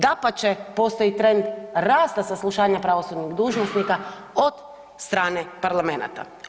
Dapače postoji trend rasta saslušanja pravosudnih dužnosnika od strane parlamenata.